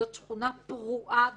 זאת שכונה פרועה ונוראית,